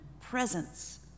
presence